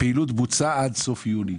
הפעילות בוצעה עד סוף יוני.